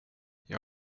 jag